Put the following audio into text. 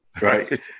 right